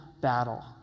battle